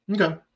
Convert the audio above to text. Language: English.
Okay